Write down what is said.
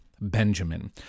Benjamin